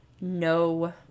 no